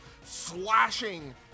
slashing